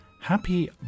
Happy